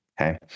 Okay